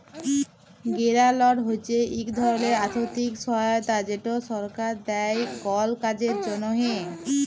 গেরালট হছে ইক ধরলের আথ্থিক সহায়তা যেট সরকার দেই কল কাজের জ্যনহে